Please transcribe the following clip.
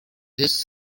his